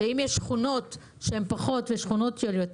יש שכונות עולות פחות ושכונות שעולות